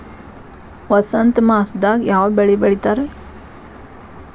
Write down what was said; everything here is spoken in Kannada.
ವಸಂತ ಮಾಸದಾಗ್ ಯಾವ ಬೆಳಿ ಬೆಳಿತಾರ?